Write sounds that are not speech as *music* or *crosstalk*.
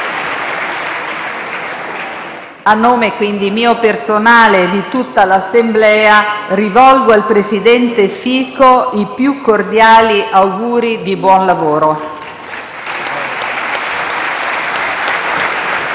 A nome mio personale e di tutta l’Assemblea rivolgo al presidente Fico i più cordiali auguri di buon lavoro. *applause*